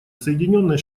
соединённые